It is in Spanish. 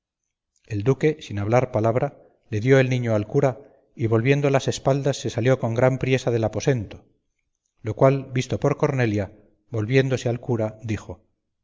el duque sin hablar palabra dio el niño al cura y volviendo las espaldas se salió con gran priesa del aposento lo cual visto por cornelia volviéndose al cura dijo